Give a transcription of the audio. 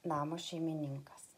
namo šeimininkas